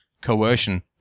coercion